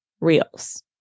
reels